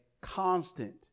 constant